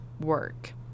work